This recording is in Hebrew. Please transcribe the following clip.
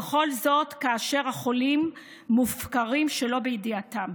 וכל זאת כאשר החולים מופקרים שלא בידיעתם.